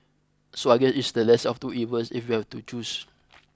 so I guess it's the lesser of two evils if you have to choose